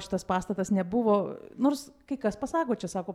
šitas pastatas nebuvo nors kai kas pasako čia sako